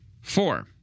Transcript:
Four